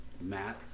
Matt